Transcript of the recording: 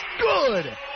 good